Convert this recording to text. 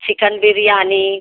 chicken biryani